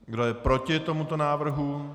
Kdo je proti tomuto návrhu?